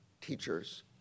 teachers